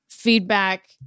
feedback